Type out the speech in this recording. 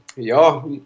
Ja